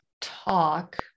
talk